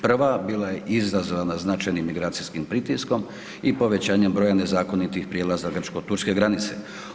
Prva, bila je izazvana značajnim migracijskim pritiskom i povećanjem broja nezakonitih prijelaza Grčko – Turske granice.